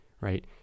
right